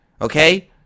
okay